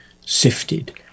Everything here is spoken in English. sifted